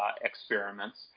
experiments